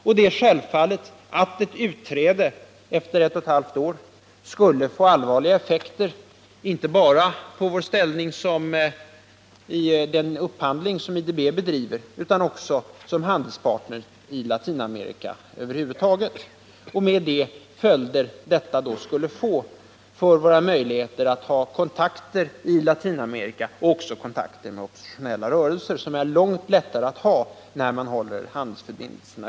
Det är självklart att ett utträde efter denna tid skulle få allvarliga effekter inte bara på vår ställning i den upphandling som IDB bedriver utan också på vår ställning som handelspartner i Latinamerika över huvud taget, med de följder det skulle få för våra möjligheter att ha kontakter i Latinamerika — också med oppositionella rörelser. Sådana kontakter är långt lättare att upprätthålla med bevarade handelsförbindelser.